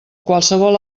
qualsevol